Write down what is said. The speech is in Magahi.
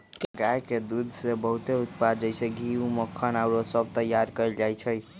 गाय के दूध से बहुते उत्पाद जइसे घीउ, मक्खन आउरो सभ तइयार कएल जाइ छइ